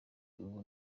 ubu